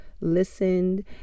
listened